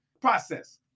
process